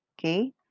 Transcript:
okay